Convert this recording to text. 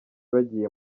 bagiye